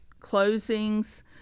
closings